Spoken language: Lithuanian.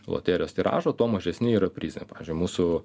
loterijos tiražą tuo mažesni yra prizai pavyzdžiui mūsų